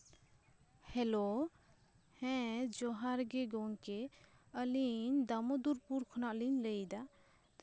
hello ᱦᱮᱸ ᱡᱚᱦᱟᱨ ᱜᱮ ᱜᱚᱢᱠᱮ ᱟᱞᱤᱧ ᱫᱟᱢᱳᱫᱚᱨᱯᱩᱨ ᱠᱷᱚᱱᱟᱜ ᱞᱤᱧ ᱞᱟᱹᱭᱫᱟ